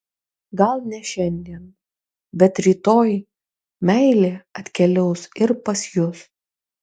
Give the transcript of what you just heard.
gal ne šiandien bet rytoj meilė atkeliaus ir pas jus